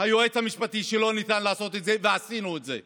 היועץ המשפטי שלא ניתן לעשות את זה ועשינו את זה.